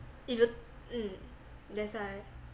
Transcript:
if you mm that's why